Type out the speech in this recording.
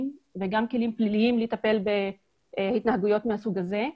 וגם כלים פליליים לטפל בהתנהגויות מהסוג הזה.